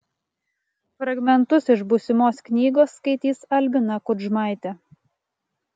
fragmentus iš būsimos knygos skaitys albina kudžmaitė